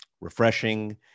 refreshing